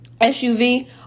SUV